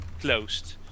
closed